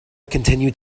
continued